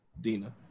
Dina